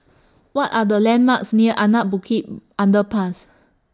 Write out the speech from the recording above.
What Are The landmarks near Anak Bukit Underpass